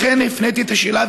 לכן הפניתי את השאלה,